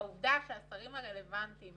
והעובדה שהשרים הרלוונטיים